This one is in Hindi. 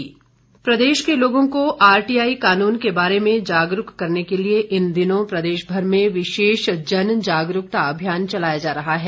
जागरूकता प्रदेश के लोगों को आरटीआई कानून के बारे में जागरूक करने के लिए इन दिनों प्रदेश भर में विशेष जन जागरूकता अभियान चलाया जा रहा है